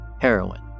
heroin